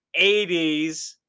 80s